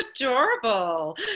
adorable